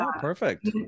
Perfect